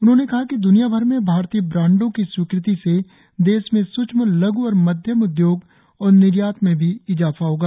उन्होंने कहा कि द्रनिया भर में भारतीय ब्रांडों की स्वीकृति से देश में सूक्ष्म लघ् और मध्यम उद्योग और निर्यात में भी इजाफा होगा